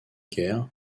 guerre